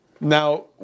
Now